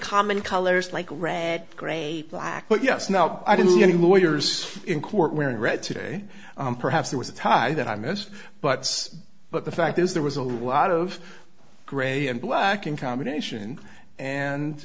common colors like red grape black white yes no i didn't see any lawyers in court wearing red today perhaps there was a tie that i missed but but the fact is there was a lot of gray and black in combination and